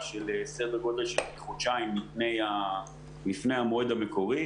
בסדר גודל של חודשיים לפני המועד המקורי.